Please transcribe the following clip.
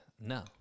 No